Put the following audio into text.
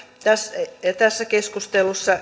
edustajista on tässä keskustelussa